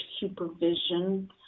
supervision